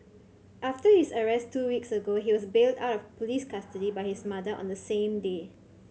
after his arrest two weeks ago he was bailed out of police custody by his mother on the same day